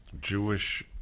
Jewish